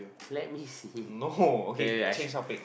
let me see wait wait wait I sh~